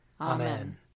Amen